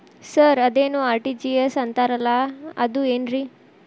Sir ಅದೇನು RTGS ಅಂತಾರಲಾ ಅದು ಏನ್ರಿ?